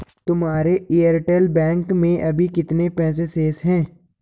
तुम्हारे Airtel bank में अभी कितने पैसे शेष हैं?